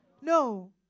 No